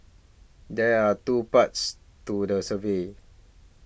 there are two parts to the survey